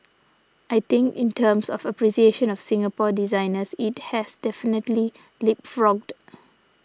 I think in terms of appreciation of Singapore designers it has definitely leapfrogged